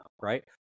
right